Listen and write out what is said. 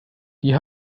die